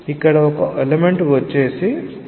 ఇక్కడ ఒక ఎలెమెంట్ వచ్చేసి 2r